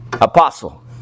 apostle